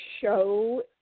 show